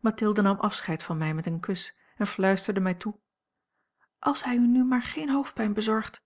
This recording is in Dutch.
mathilde nam afscheid van mij met een kus en fluisterde mij toe als hij u nu maar geen hoofdpijn bezorgt